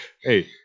Hey